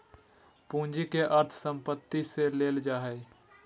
पूंजी के अर्थ संपत्ति से लेल जा हइ